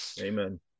amen